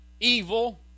evil